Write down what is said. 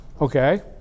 Okay